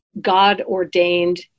God-ordained